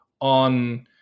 on